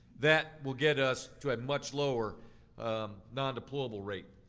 that will get us to a much lower non-deployable rate.